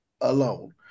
alone